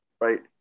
right